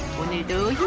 you do